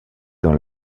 dans